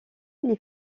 les